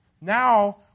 Now